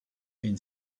been